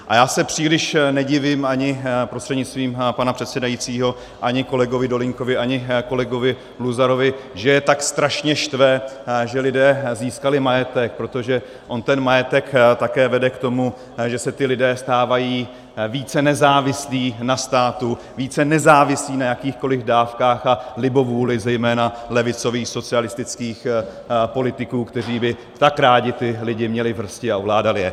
A já se příliš nedivím prostřednictvím pana předsedajícího ani kolegovi Dolínkovi, ani kolegovi Luzarovi, že je tak strašně štve, že lidé získali majetek, protože on ten majetek také vede k tomu, že se lidé stávají více nezávislí na státu, více nezávislí na jakýchkoli dávkách a libovůli zejména levicových socialistických politiků, kteří by tak rádi měli lidi v hrsti a ovládali je.